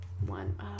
one